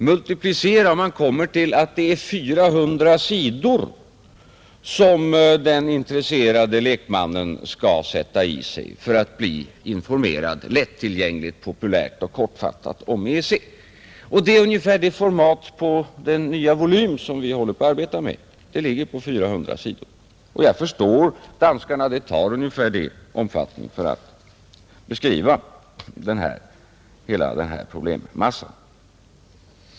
Multiplicera, och man kommer till att det är 400 sidor som den intresserade lekmannen skall sätta i sig för att bli informerad lättillgäng ligt populärt och kortfattat om EEC. Den nya volym som vi arbetar med ligger ungefär på formatet 400 sidor. Jag förstår danskarna. Det krävs en sådan omfattning på materialet för att beskriva hela denna problemmassa.